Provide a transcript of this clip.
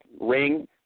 ring